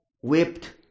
whipped